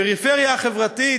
הפריפריה החברתית,